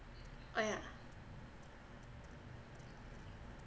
oh yeah